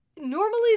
normally